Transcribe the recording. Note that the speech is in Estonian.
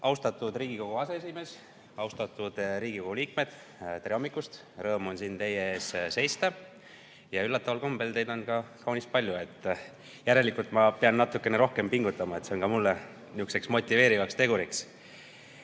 Austatud Riigikogu aseesimees! Austatud Riigikogu liikmed! Tere hommikust, rõõm on siin teie ees seista! Üllataval kombel teid on kaunis palju. Järelikult ma pean natukene rohkem pingutama, see on mulle säärane motiveeriv tegur.